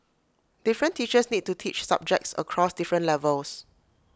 different teachers need to teach subjects across different levels